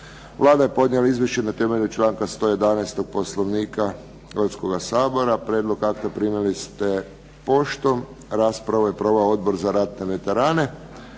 Vlada je podnijela izvješće na temelju članka 111. Poslovnika Hrvatskoga sabora. Prijedlog akta primili ste poštom. Raspravu je proveo Odbor za ratne veterane.